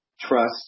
trust